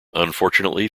unfortunately